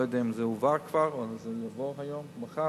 אני לא יודע אם זה הובא כבר או שזה יבוא היום או מחר,